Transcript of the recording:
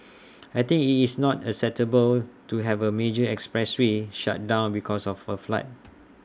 I think IT is not acceptable to have A major expressway shut down because of A flood